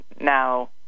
now